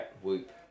Whoop